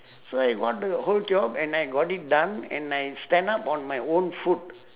so I got the whole job and I got it done and I stand up on my own foot